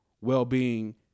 well-being